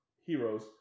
heroes